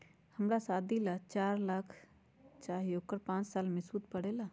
हमरा शादी ला चार लाख चाहि उकर पाँच साल मे सूद कितना परेला?